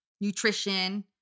nutrition